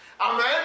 Amen